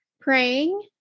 praying